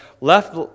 left